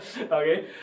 okay